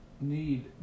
need